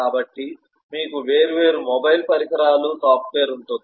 కాబట్టి మీకు వేర్వేరు మొబైల్ పరికరాల సాఫ్ట్వేర్ ఉంటుంది